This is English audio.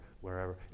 wherever